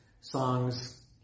songs